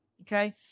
Okay